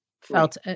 felt